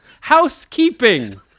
Housekeeping